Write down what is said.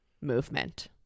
movement